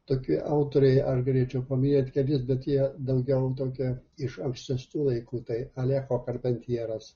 tokie autoriai ar galėčiau paminėti kelis bet jie daugiau tokie iš ankstesnių laikų tai alecho karpentjeras